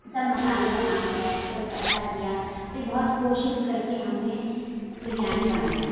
سب مسالوں کا نام بتایا سب کو اکھٹا کیا پھر بہت کوشس کر کے ہم نے بریانی بنائی